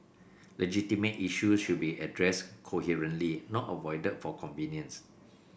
legitimate issues should be addressed coherently not avoided for convenience